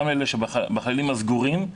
גם אלה שבחללים הסגורים,